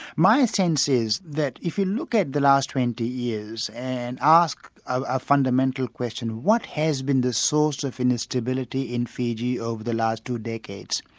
my own sense is that if you look at the last twenty years and ask a fundamental question what has been the source of instability in fiji over the last two decades?